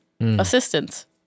assistance